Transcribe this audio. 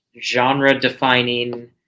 genre-defining